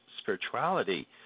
spirituality